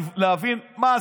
להבין מה עשיתם.